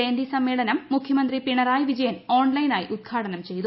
ജയന്തി സമ്മേളനം മൂഖ്യമന്ത്രി പിണറായി വിജയൻ ഓൺലൈനായി ഉദ്ഘാടനം ചെയ്തു